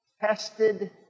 Tested